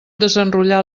desenrotllar